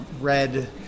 red